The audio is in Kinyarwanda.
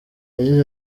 yagize